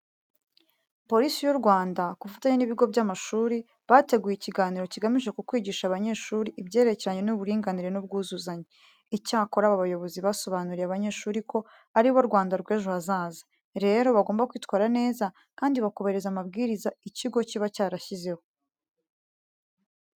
Polisi y'u Rwanda ku bufatanye n'ibigo by'amashuri, bateguye ikiganiro kigamije ku kwigisha abanyeshuri ibyerekerenye n'uburinganire n'ubwuzuzanye. Icyakora aba bayobozi basobanuriye abanyeshuri ko ari bo Rwanda rw'ejo hazaza. Rero, bagomba kwitwara neza kandi bakubahiriza amabwiriza ikigo kiba cyarashyizeho.